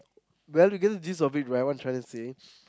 well you get the gist of it right what I tryna say